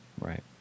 Right